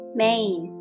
main